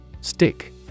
Stick